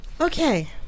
Okay